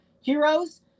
heroes